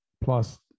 plus